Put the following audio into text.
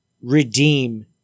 redeem